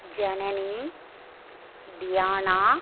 Janani Diana